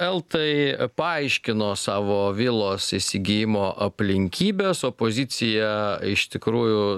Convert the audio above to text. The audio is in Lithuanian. eltai paaiškino savo vilos įsigijimo aplinkybes opozicija iš tikrųjų